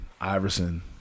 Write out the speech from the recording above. Iverson